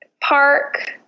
Park